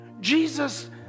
Jesus